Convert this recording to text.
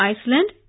Iceland